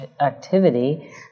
activity